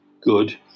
good